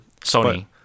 Sony